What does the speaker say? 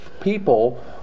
people